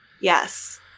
Yes